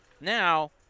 Now